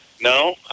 No